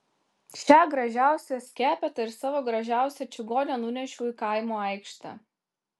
šią gražiausią skepetą ir savo gražiausią čigonę nunešiau į kaimo aikštę